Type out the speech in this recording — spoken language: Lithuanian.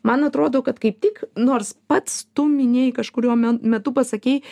man atrodo kad kaip tik nors pats tu minėjai kažkuriuo me metu pasakei